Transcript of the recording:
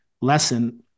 lesson